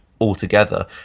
altogether